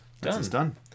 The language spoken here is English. done